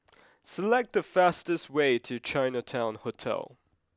select the fastest way to Chinatown Hotel